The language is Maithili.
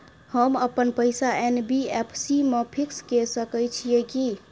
हम अपन पैसा एन.बी.एफ.सी म फिक्स के सके छियै की?